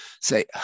say